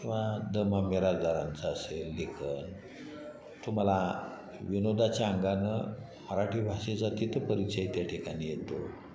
किंवा द मा मिरासदारांचं असेल लेखन तो मला विनोदाच्या अंगानं मराठी भाषेचा तिथं परिचय त्या ठिकाणी येतो